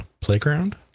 playground